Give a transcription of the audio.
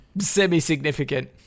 semi-significant